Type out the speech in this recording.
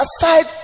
aside